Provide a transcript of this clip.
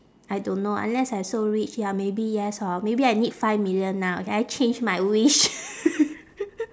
I don't know unless I so rich ya maybe yes hor maybe I need five million now okay I change my wish